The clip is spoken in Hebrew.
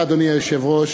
אדוני היושב-ראש,